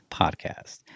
podcast